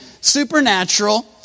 supernatural